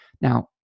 Now